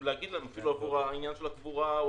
לא בא אלינו להגיד משהו לעניין הקבורה או